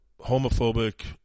homophobic